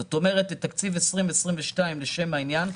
זאת אומרת את תקציב 2022 לשם העניין,